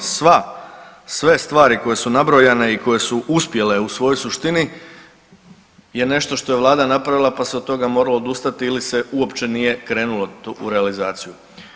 Sva, sve stvari koje su nabrojane i koje su uspjele u svojoj suštini je nešto što je vlada napravila, pa se od toga moralo odustati ili se uopće nije krenulo u realizaciju.